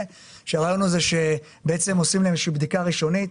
הרעיון הוא שבעצם עושים להם איזושהי בדיקה ראשונית,